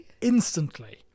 instantly